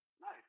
Nice